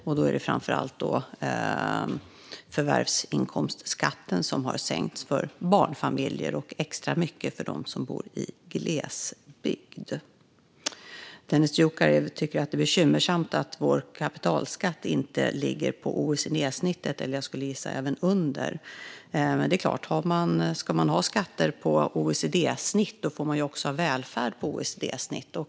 Det är framför allt förvärvsinkomstskatten som har sänkts för barnfamiljer - extra mycket för dem som bor i glesbygd. Dennis Dioukarev tycker att det är bekymmersamt att vår kapitalskatt inte ligger på OECD-snittet eller, skulle jag gissa, under detta. Men om man ska ha skatter enligt OECD-snitt får man också ha en välfärd enligt OECD-snitt.